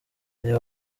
reba